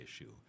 issue